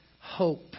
hope